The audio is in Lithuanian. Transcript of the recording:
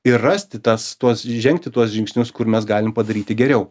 ir rasti tas tuos žengti tuos žingsnius kur mes galim padaryti geriau